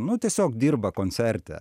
nu tiesiog dirba koncerte